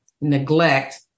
neglect